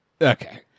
Okay